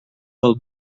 pel